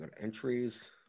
Entries